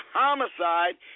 homicide